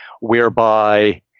whereby